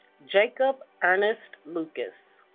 jacob ernest lucas